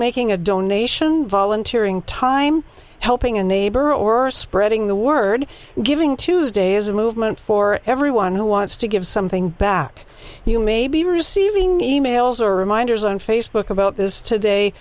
making a donation volunteering time helping a neighbor or are spreading the word giving tuesday is a movement for everyone who wants to give something back you may be receiving emails or reminders on facebook about this today